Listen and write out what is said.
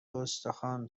استخوان